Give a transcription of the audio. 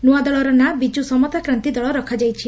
ନୂଆ ଦଳର ନାଁ 'ବିକୁ ସମତା କ୍ରାନ୍ତି' ଦଳ ରଖାଯାଇଛି